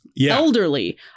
elderly